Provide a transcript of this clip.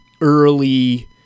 early